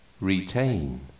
retain